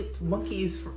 Monkeys